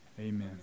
amen